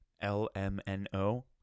L-M-N-O